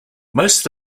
most